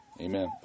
Amen